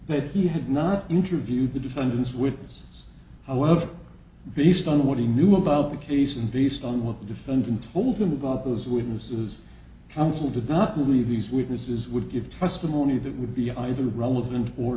that he had not interviewed the defendant's witness however based on what he knew about the case and based on what the defendant told him about those witnesses counsel did not believe these witnesses would give testimony that would be either relevant or